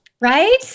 Right